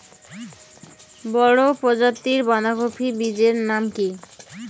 বড় প্রজাতীর বাঁধাকপির বীজের নাম কি?